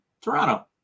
Toronto